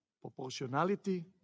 proportionality